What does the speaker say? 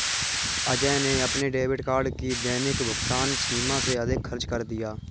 अजय ने अपने debit card की दैनिक भुगतान सीमा से अधिक खर्च कर दिया